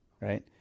Right